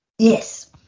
Yes